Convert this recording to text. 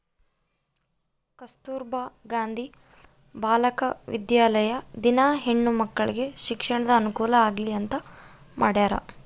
ಕಸ್ತುರ್ಭ ಗಾಂಧಿ ಬಾಲಿಕ ವಿದ್ಯಾಲಯ ದಿನ ಹೆಣ್ಣು ಮಕ್ಕಳಿಗೆ ಶಿಕ್ಷಣದ ಅನುಕುಲ ಆಗ್ಲಿ ಅಂತ ಮಾಡ್ಯರ